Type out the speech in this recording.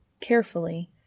Carefully